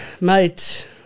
Mate